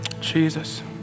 Jesus